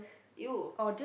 you